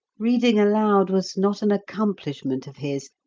reading aloud was not an accomplishment of his,